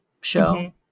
show